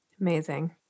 Amazing